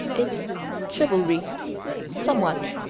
it's chivalry somewhat.